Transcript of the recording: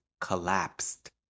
collapsed